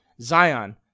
Zion